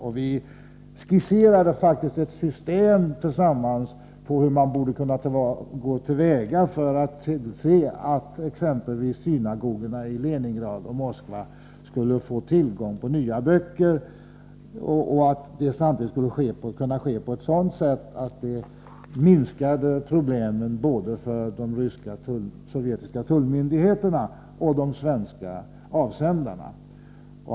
Vi skisserade faktiskt ett system hur man skulle kunna gå till väga för att tillse att exempelvis synagogorna i Leningrad och Moskva får nya böcker och att det då sker på ett sådant sätt att problemen blir mindre såväl för de ryska tullmyndigheterna som för de svenska avsändarna.